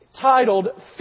titled